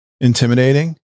intimidating